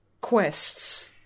quests